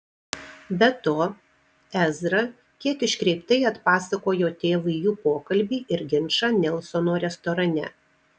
be to ezra kiek iškreiptai atpasakojo tėvui jų pokalbį ir ginčą nelsono restorane